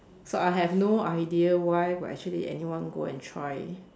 so I have no I idea why would actually anyone go and try